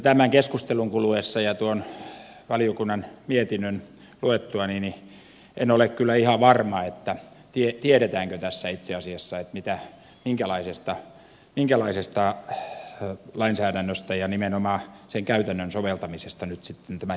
tämän keskustelun kuluessa ja tuon valiokunnan mietinnön luettuani en ole kyllä ihan varma tiedetäänkö tässä itse asiassa minkälaisesta lainsäädännöstä ja nimenomaan sen käytännön soveltamisesta nyt sitten tämän jälkeen on kyse